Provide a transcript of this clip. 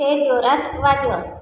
ते जोरात वाजवा